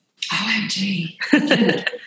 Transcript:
OMG